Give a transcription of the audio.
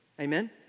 Amen